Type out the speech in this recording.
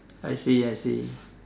I see I see